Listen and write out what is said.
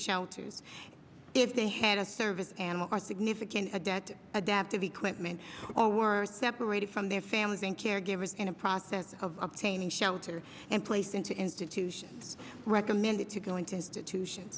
shelters if they had a service animal are significant debt adaptive equipment or separated from their families and caregivers in a process of obtaining shelter and placed into institutions recommended to go into institution